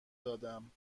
دادم